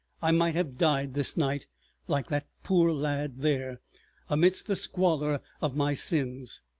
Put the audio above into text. i might have died this night like that poor lad there amidst the squalor of my sins!